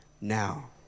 now